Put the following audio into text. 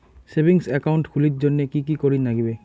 Savings account খুলির জন্যে কি কি করির নাগিবে?